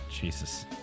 Jesus